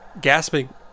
gasping